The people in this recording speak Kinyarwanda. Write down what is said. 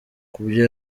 kubyo